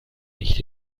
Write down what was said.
nicht